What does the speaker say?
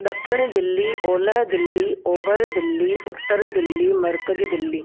ॾखिण दिल्ली ओलह दिल्ली ओभर दिल्ली उत्तर दिल्ली मर्कज़ु दिल्ली